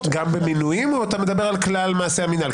--- גם במינויים או אתה מדבר על כלל מעשי המינהל?